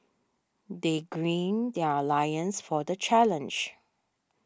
they green their lions for the challenge